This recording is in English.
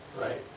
Right